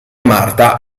marta